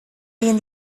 been